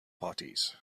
parties